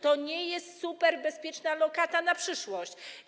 To nie jest superbezpieczna lokata na przyszłość.